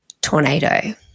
tornado